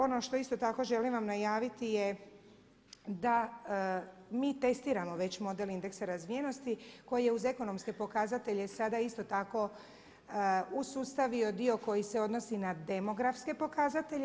Ono što isto tako želim vam najaviti je da mi testiramo već model indeksa razvijenosti koji je uz ekonomske pokazatelje sada isto tako usustavio dio koji se odnosi na demografske pokazatelje.